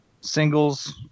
singles